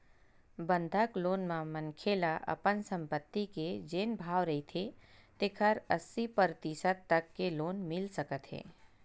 बंधक लोन म मनखे ल अपन संपत्ति के जेन भाव रहिथे तेखर अस्सी परतिसत तक के लोन मिल सकत हे